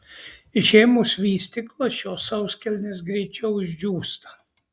išėmus vystyklą šios sauskelnės greičiau išdžiūsta